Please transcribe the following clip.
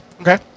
Okay